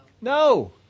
No